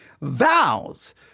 vows